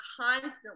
constantly